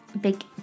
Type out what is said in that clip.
big